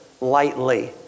lightly